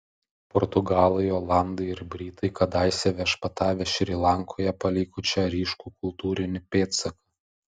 portugalai olandai ir britai kadaise viešpatavę šri lankoje paliko čia ryškų kultūrinį pėdsaką